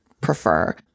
prefer